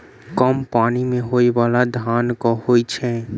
कम पानि मे होइ बाला धान केँ होइ छैय?